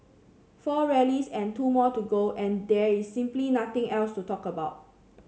four rallies and two more to go and there is simply nothing else to talk about